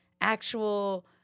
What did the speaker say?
actual